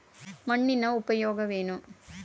ಮಣ್ಣಿನ ಉಪಯೋಗವೇನು?